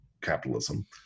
capitalism